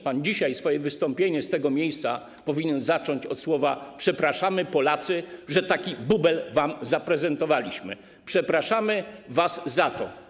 Pan dzisiaj swoje wystąpienie z tego miejsca powinien zacząć od słów: przepraszamy, Polacy, że taki bubel wam zaprezentowaliśmy, przepraszamy was za to.